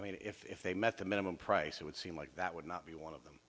i mean if they met the minimum price it would seem like that would not be one of them